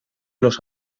los